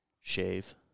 shave